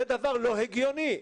זה דבר לא הגיוני.